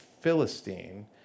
Philistine